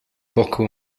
boku